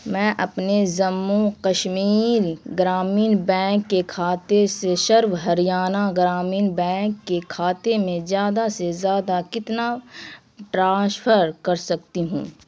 میں اپنے جمو کشمیر گرامین بینک کے کھاتے سے شرو ہریانہ گرامین بینک کے کھاتے میں زیادہ سے زیادہ کتنا ٹرانشفر کر سکتی ہوں